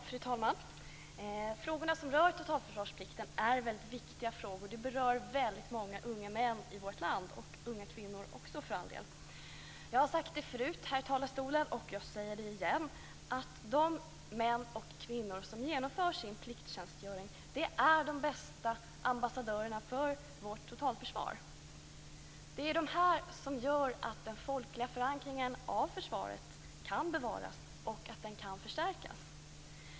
Fru talman! Frågorna som rör totalförsvarsplikten är mycket viktiga. De berör väldigt många unga män i vårt land, och unga kvinnor också för all del. Jag har sagt det förut här i talarstolen, och jag säger det igen, de män och kvinnor som genomför sin plikttjänstgöring är de bästa ambassadörerna för vårt totalförsvar. Det är dessa som gör att den folkliga förankringen av försvaret kan bevaras och förstärkas.